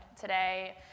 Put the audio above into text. today